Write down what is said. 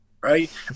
right